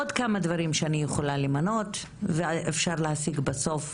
עוד כמה תהליכים שאני יכולה למנות ואפשר להסיק בסוף